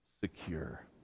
secure